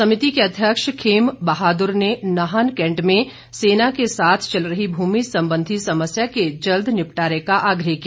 समिति के अध्यक्ष खेम बहादुर ने नाहन कैंट में सेना के साथ चल रही भूमि संबंधी समस्या के जल्द निपटारे का आग्रह किया